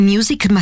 Music